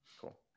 Cool